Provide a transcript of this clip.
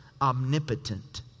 omnipotent